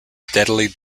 steadily